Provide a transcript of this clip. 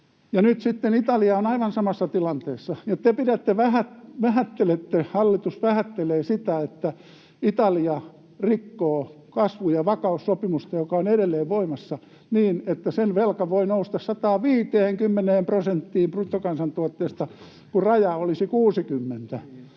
Italia on aivan samassa tilanteessa, ja hallitus vähättelee sitä, että Italia rikkoo kasvu- ja vakaussopimusta, joka on edelleen voimassa, niin että sen velka voi nousta 150 prosenttiin bruttokansantuotteesta, kun raja olisi 60.